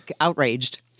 outraged